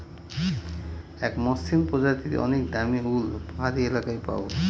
এক মসৃন প্রজাতির অনেক দামী উল পাহাড়ি এলাকায় পাবো